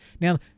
Now